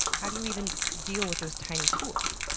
how do you even deal with those tiny tools?